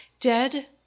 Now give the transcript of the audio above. Dead